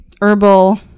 herbal